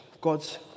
God's